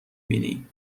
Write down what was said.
بینی